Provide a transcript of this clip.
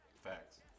Facts